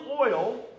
oil